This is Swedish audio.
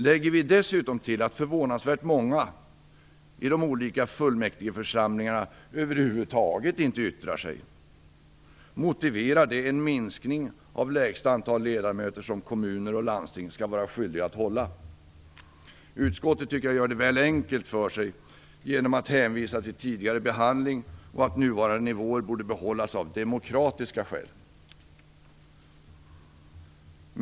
Lägger vi dessutom till att förvånansvärt många i de olika fullmäktigeförsamlingarna över huvud taget inte yttrar sig, motiverar detta en minskning av lägsta antalet ledamöter som kommuner och landsting skall vara skyldiga att hålla. Utskottet gör det väl enkelt för sig genom att hänvisa till tidigare behandling och genom att uttala att nuvarande nivåer borde behållas av demokratiska skäl.